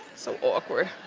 so awkward.